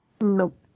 Nope